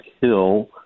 Hill